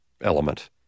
element